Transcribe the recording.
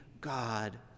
God